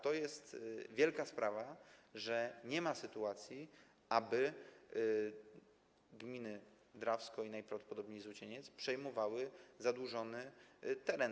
To jest wielka sprawa, że nie ma sytuacji, aby gminy Drawsko i najprawdopodobniej Złocieniec przejmowały zadłużony teren.